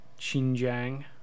Xinjiang